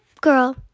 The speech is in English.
girl